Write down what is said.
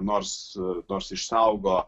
nors nors išsaugo